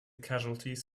casualties